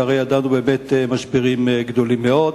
שהרי באמת ידענו משברים גדולים מאוד,